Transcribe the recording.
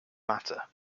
matter